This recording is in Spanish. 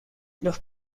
los